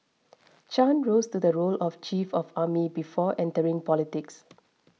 Chan rose to the role of chief of army before entering politics